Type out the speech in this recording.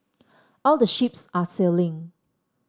all the ships are sailing